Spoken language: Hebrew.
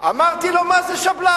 אמרתי לו: מה זה שבל"ר.